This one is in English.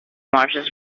martians